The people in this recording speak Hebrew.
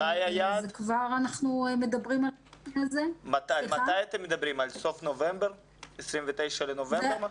אתם מדברים על 29 בנובמבר?